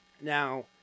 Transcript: Now